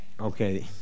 Okay